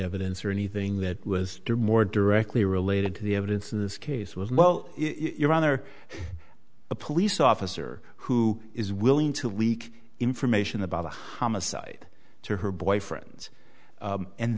evidence or anything that was more directly related to the evidence in this case was well your honor a police officer who is willing to leak information about a homicide to her boyfriends and